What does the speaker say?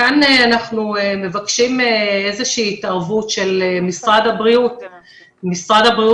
כאן אנחנו מבקשים איזה שהיא התערבות של משרד הבריאות והגריאטריה,